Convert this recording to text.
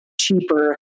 cheaper